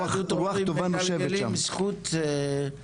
רוח טובה יושבת עליי.